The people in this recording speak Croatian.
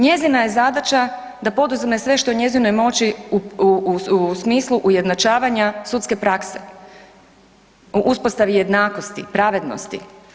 Njezina je zadaća da poduzme sve što je u njezinoj moći u smislu ujednačavanja sudske prakse, u uspostavi jednakosti, pravednosti.